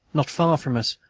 not far from us,